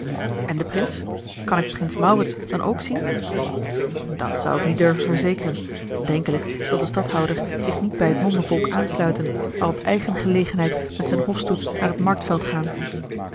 en de prins kan ik prins maurits dan ook zien a l g bosboom-toussaint de delftsche wonderdokter eel at zou ik niet durven verzekeren denkelijk zal de stadhouder zich niet bij het mommevolk aansluiten maar op eigen gelegenheid met zijn hofstoet naar het marktveld gaan